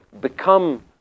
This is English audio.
Become